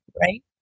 right